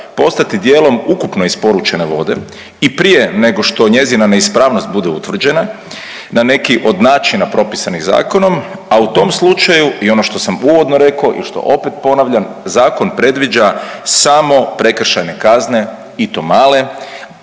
postati dijelom ukupno isporučene vode i prije nego što njezina neispravnost bude utvrđena na neki od načina propisanih zakonom, a u tom slučaju, i ono što sam uvodno rekao i što opet ponavljam, zakon predviđa samo prekršajne kazne i to male,